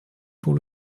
pour